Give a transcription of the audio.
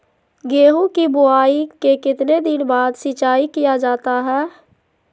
गेंहू की बोआई के कितने दिन बाद सिंचाई किया जाता है?